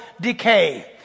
decay